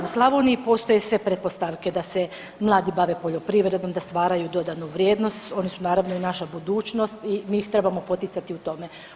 U Slavoniji postoje sve pretpostavke da se mladi bave poljoprivredom, da stvaraju dodanu vrijednost, oni su naravno i naša budućnost i mi ih trebamo poticati u tome.